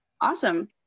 awesome